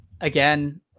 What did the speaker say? Again